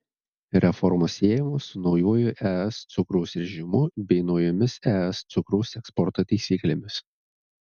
reformos siejamos su naujuoju es cukraus režimu bei naujomis es cukraus eksporto taisyklėmis